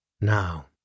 Now